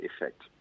effect